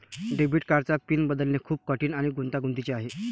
debit कार्डचा PIN बदलणे खूप कठीण आणि गुंतागुंतीचे आहे